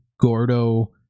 Gordo